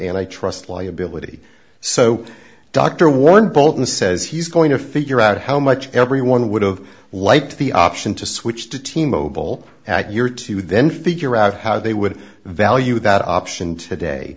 and i trust liability so dr warren bolton says he's going to figure out how much everyone would have liked the option to switch to team mobile at year two then figure out how they would value that option today